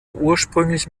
ursprünglich